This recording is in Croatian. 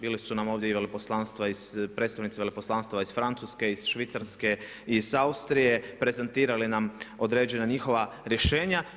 Bili su nam ovdje i veleposlanstva, predstavnici veleposlanstava iz Francuske, iz Švicarske, iz Austrije, prezentirali nam određena njihova rješenja.